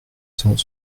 cent